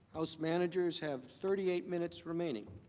house managers have thirty eight minutes remaining?